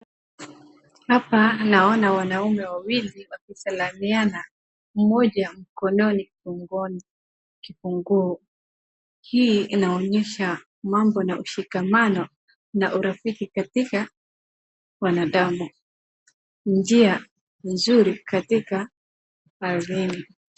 Hapa naona wanaume wawili wakisalimiana. Mmoja mkononi, kungoni kifunguo. Hii inaonyesha mambo na ushikamano na urafiki katika wanadamu. Njia nzuri katika barini.